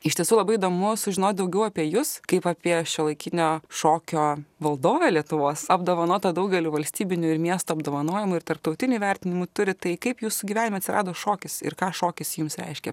iš tiesų labai įdomu sužinot daugiau apie jus kaip apie šiuolaikinio šokio valdovę lietuvos apdovanotą daugeliu valstybinių ir miesto apdovanojimų ir tarptautinių įvertinimų turit tai kaip jūsų gyvenime atsirado šokis ir ką šokis jums reiškia